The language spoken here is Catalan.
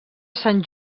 sant